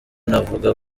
navuga